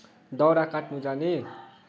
दाउरा काट्न जाने